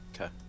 Okay